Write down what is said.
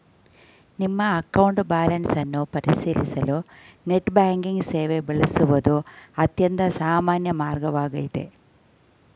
ನಿಮ್ಮ account balance ಅನ್ನ ಪರಿಶೀಲಿಸಲು ನೆಟ್ ಬ್ಯಾಂಕಿಂಗ್ ಸೇವೆ ಬಳಸುವುದು ಅತ್ಯಂತ ಸಾಮಾನ್ಯ ಮಾರ್ಗವಾಗೈತೆ